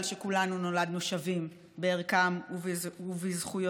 שכולנו נולדנו שווים בערכנו ובזכויותינו.